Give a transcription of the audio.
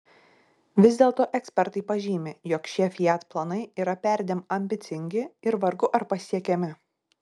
vis dėlto ekspertai pažymi jog šie fiat planai yra perdėm ambicingi ir vargu ar pasiekiami